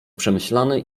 przemyślany